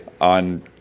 on